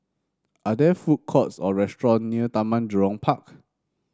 are there food courts or restaurant near Taman Jurong Park